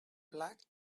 black